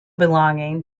belonging